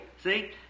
See